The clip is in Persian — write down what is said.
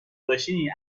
باشی